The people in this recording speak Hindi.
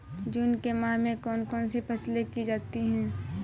जून के माह में कौन कौन सी फसलें की जाती हैं?